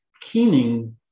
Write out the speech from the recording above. keening